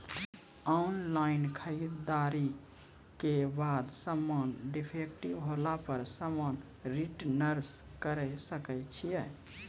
Online खरीददारी के बाद समान डिफेक्टिव होला पर समान रिटर्न्स करे सकय छियै?